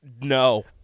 no